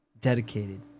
Dedicated